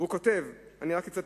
והוא כותב, ואני רק אצטט: